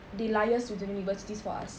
they liaise with the university for us